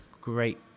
great